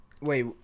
Wait